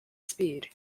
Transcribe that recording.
speed